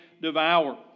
devour